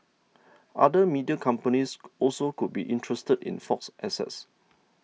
other media companies also could be interested in Fox's assets